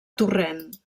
torrent